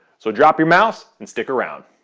so drop your mouse and stick around.